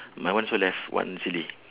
my one also left one silly